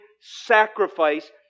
sacrifice